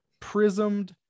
prismed